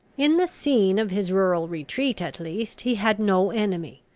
in the scene of his rural retreat, at least, he had no enemy.